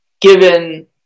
given